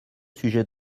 sujet